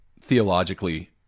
theologically